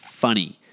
Funny